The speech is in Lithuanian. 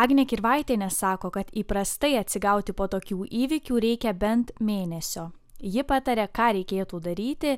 agnė kirvaitienė sako kad įprastai atsigauti po tokių įvykių reikia bent mėnesio ji pataria ką reikėtų daryti